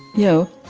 know?